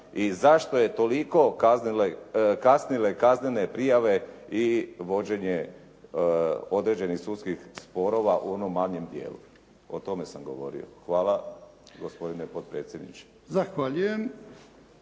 i zašto su toliko kasnile kaznene prijave i vođenje određenih sudskih sporova u onom manjem dijelu. O tome sam govorio. Hvala gospodine potpredsjedniče. **Jarnjak,